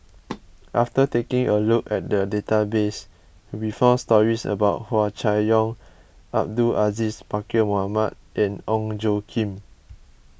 after taking a look at the database we found stories about Hua Chai Yong Abdul Aziz Pakkeer Mohamed and Ong Tjoe Kim